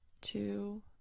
two